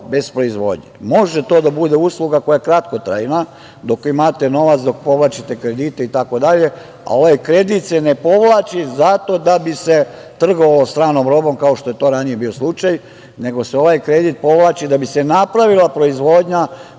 bez proizvodnje. Može to da bude usluga koja je kratkotrajna, dok imate novac, dok povlačite kredite itd, a ovaj kredit se ne povlači zato da bi se trgovalo stranom robom, kao što je to ranije bio slučaj, nego se ovaj kredit povlači da bi se napravila proizvodnja